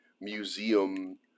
museum